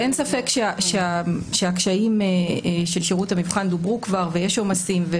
ואין ספק שהקשיים של שירות המבחן דוברו כבר ויש עומסים,